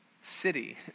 city